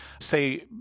say